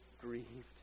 grieved